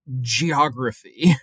geography